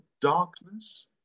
darkness